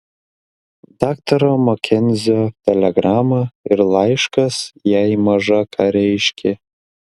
daktaro makenzio telegrama ir laiškas jai maža ką reiškė